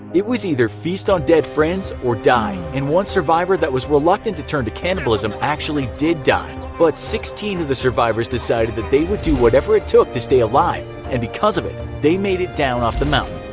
it was either feast on dead friends or die, and one survivor that was reluctant to turn to cannibalism actually did die. but sixteen of the survivors decided that they would do whatever it would take to stay alive, and because of it, they made it down off the mountain.